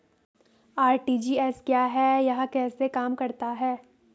RTGS क्या है यह कैसे काम करता है?